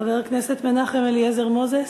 חבר הכנסת מנחם אליעזר מוזס.